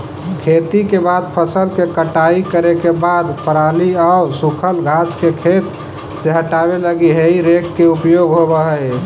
खेती के बाद फसल के कटाई करे के बाद पराली आउ सूखल घास के खेत से हटावे लगी हेइ रेक के उपयोग होवऽ हई